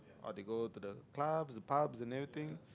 or they go to the clubs pubs and everything